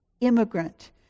immigrant